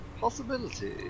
possibility